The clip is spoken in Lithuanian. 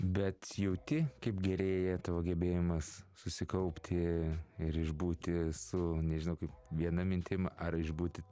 bet jauti kaip gerėja tavo gebėjimas susikaupti ir išbūti su nežinau kaip viena mintim ar išbūti